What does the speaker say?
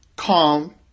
calm